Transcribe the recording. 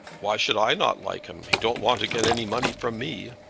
why should i not like him? he don't want to get any money from me.